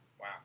Wow